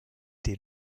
des